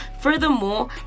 furthermore